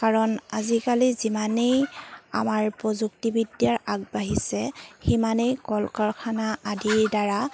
কাৰণ আজিকালি যিমানেই আমাৰ প্ৰযুক্তিবিদ্যাৰ আগবাঢ়িছে সিমানেই কল কাৰখানা আদিৰ দ্বাৰা